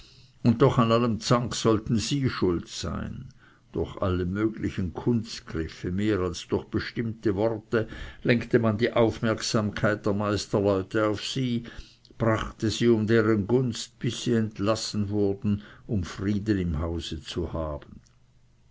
und doch an allem zank sollten sie schuld sein durch alle möglichen kunstgriffe mehr als durch bestimmte worte lenkte man die aufmerksamkeit der meisterleute auf sie brachte sie um deren gunst bis sie entlassen wurden um friede im hause zu haben